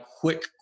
quick